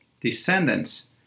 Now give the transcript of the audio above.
descendants